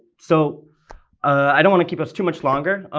so i don't want to keep us too much longer.